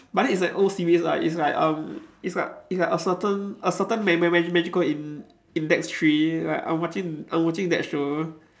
but then it's like old series lah it's like um it's like it's like a certain a certain ma~ ma~ magical in~ index three like I'm watching I'm watching that show